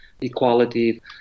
equality